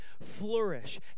flourish